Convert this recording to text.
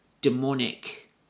demonic